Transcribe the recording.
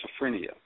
Schizophrenia